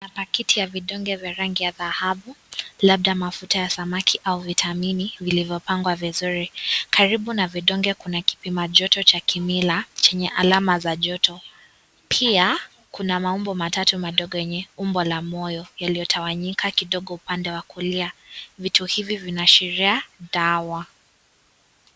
Pakiti ya vidonge vya rangi ya dhahabu, labda mafuta ya samaki au vitamini vilivyopangwa vizuri. Karibu na vidonge kuna kipima joto cha kimila chenye alama za joto. Pia kuna maumbo matatu madogo yenye umbo la moyo yaliyotawanyika kidogo upande wa kulia. Vitu hivi vinaashiria dawa.